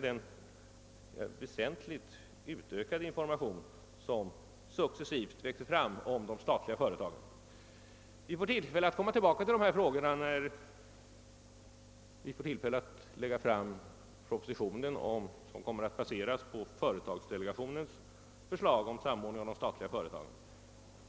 den väsentligt utökade informationsverksamhet som successivt växer fram beträffande de statliga företagen. Vi får tillfälle att komma tillbaka till dessa frågor när vi lägger fram den proposition som kommer att baseras på företagsdelegationens förslag om samordning av de statliga företagen.